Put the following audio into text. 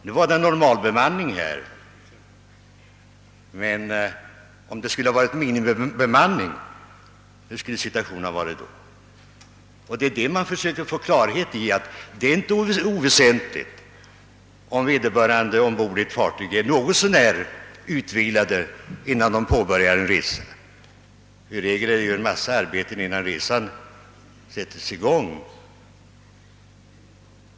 Nu gällde det en normalbemanning, men hur skulle situationen ha varit om det rört sig om en minimibemanning? Det är detta man försöker få klarhet i, ty det är inte oväsentligt om vederbörande på ett fartyg är något så när utvilade före resan. I regel skall ju en mängd arbeten göras innan resan påbörjas.